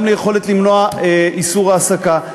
גם ליכולת למנוע איסור העסקה,